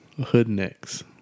Hoodnecks